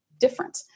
different